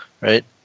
right